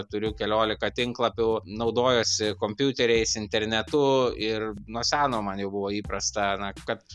turiu keliolika tinklapių naudojuosi kompiuteriais internetu ir nuo seno man jau buvo įprasta na kad